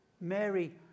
Mary